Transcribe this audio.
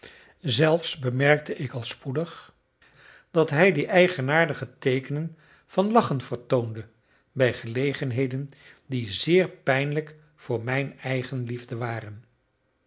zelfs bemerkte ik al spoedig dat hij die eigenaardige teekenen van lachen vertoonde bij gelegenheden die zeer pijnlijk voor mijn eigenliefde waren